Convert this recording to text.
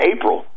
April